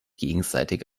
gegenseitig